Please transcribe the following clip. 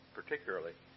particularly